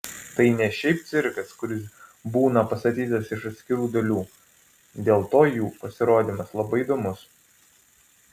tai ne šiaip cirkas kuris būna pastatytas iš atskirų dalių dėl to jų pasirodymas labai įdomus